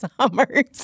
summers